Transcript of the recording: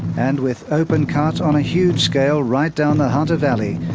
and with open cut on a huge scale right down the hunter valley,